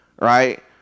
right